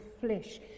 flesh